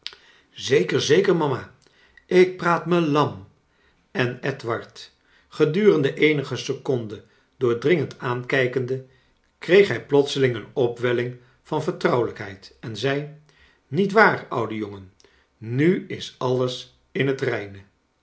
zeker zeker mama ik praat me lam en edward gedurene eenige seconden doordringend aankijkende kreeg hij plotseling een opwelling van vertrouwelijkheid en zei nietwaar ouwe jongen nu is alles in het reine